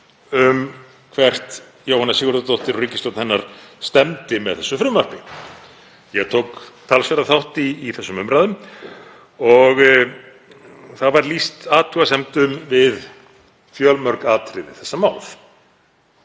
um hvert Jóhanna Sigurðardóttir og ríkisstjórn hennar stefndi með því frumvarpi. Ég tók talsverðan þátt í þeim umræðum og lýst var athugasemdum við fjölmörg atriði þessa máls.